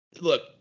look